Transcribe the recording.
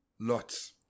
Lots